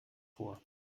vor